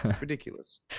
Ridiculous